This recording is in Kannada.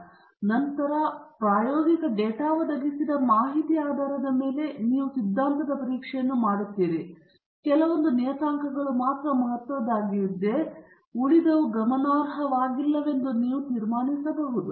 ತದನಂತರ ಪ್ರಾಯೋಗಿಕ ಡೇಟಾ ಒದಗಿಸಿದ ಮಾಹಿತಿಯ ಆಧಾರದ ಮೇಲೆ ನೀವು ಈ ಸಿದ್ಧಾಂತದ ಪರೀಕ್ಷೆಯನ್ನು ಮಾಡುತ್ತೀರಿ ಮತ್ತು ನಂತರ ಕೆಲವೊಂದು ನಿಯತಾಂಕಗಳು ಮಾತ್ರ ಮಹತ್ವದ್ದಾಗಿವೆ ಮತ್ತು ಅವುಗಳಲ್ಲಿ ಉಳಿದವು ಗಮನಾರ್ಹವಾಗಿಲ್ಲವೆಂದು ನೀವು ತೀರ್ಮಾನಿಸಬಹುದು